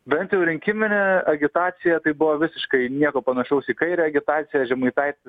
bent jau rinkiminė agitacija tai buvo visiškai nieko panašaus į kairę agitacija žemaitaitis